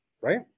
right